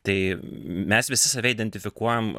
tai mes visi save identifikuojam